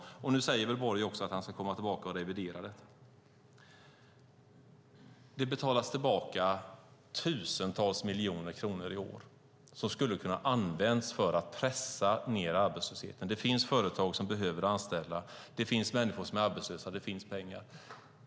Nu säger Borg att han ska komma tillbaka och revidera den. Det betalas tillbaka tusentals miljoner kronor i år som skulle kunna användas för att pressa ned arbetslösheten. Det finns företag som behöver anställa. Det finns människor som är arbetslösa. Det finns pengar.